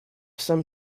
some